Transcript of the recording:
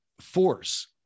force